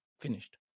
finished